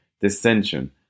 dissension